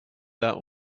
that